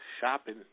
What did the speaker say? shopping